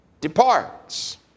departs